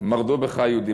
מרדו בך היהודים,